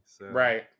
Right